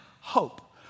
hope